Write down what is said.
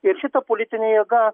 ir šita politinė jėga